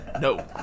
No